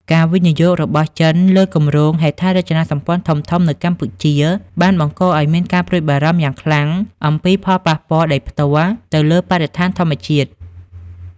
ការវិនិយោគរបស់ចិនលើគម្រោងហេដ្ឋារចនាសម្ព័ន្ធធំៗនៅកម្ពុជា បានបង្កឲ្យមានការព្រួយបារម្ភយ៉ាងខ្លាំងអំពីផលប៉ះពាល់ដោយផ្ទាល់ទៅលើបរិស្ថានធម្មជាតិ។